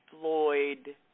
Floyd